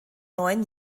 neun